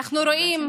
אנחנו רואים